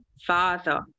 Father